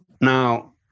Now